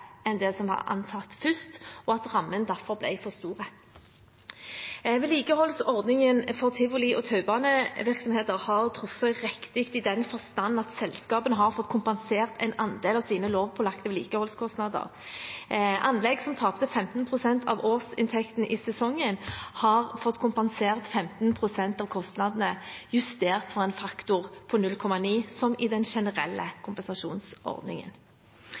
enn det som var antatt først, og at rammen derfor ble for stor. Vedlikeholdsordningen for tivoli- og taubanevirksomheter har truffet riktig i den forstand at selskapene har fått kompensert en andel av sine lovpålagte vedlikeholdskostnader. Anlegg som tapte 15 pst. av årsinntekten i sesongen, har fått kompensert 15 pst. av kostnadene, justert for en faktor på 0,9, som i den generelle kompensasjonsordningen.